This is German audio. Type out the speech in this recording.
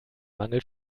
mangel